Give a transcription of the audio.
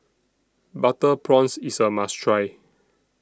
Butter Prawns IS A must Try